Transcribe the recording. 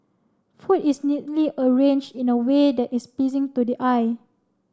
food is neatly arranged in a way that is pleasing to the eye